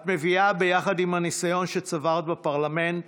את מביאה יחד עם הניסיון שצברת בפרלמנט